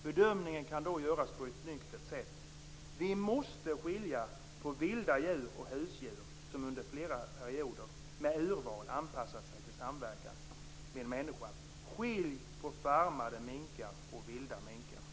Bedömningen kan då göras på ett nyktert sätt. Vi måste skilja mellan vilda djur och husdjur som under flera perioder med urval anpassat sig till samverkan med människan. Skilj på farmade minkar och vilda minkar!